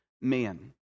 man